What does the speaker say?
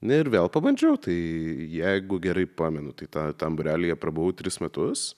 na ir vėl pabandžiau tai jeigu gerai pamenu tai tą tam būrelyje prabuvau tris metus